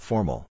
Formal